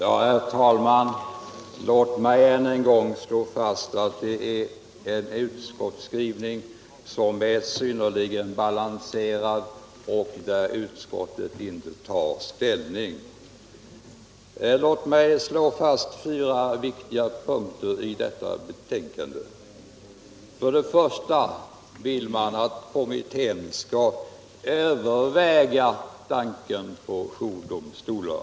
Herr talman! Låt mig än en gång slå fast att det är en utskottsskrivning som är synnerligen balanserad och att utskottet där inte tar ställning. Jag vill också slå fast fyra punkter i detta betänkande. För det första vill man att kommittén skall överväga tanken på jourdomstolar.